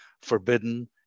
forbidden